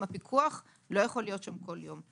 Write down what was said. הפיקוח לא יוכל להיות שם כל יום.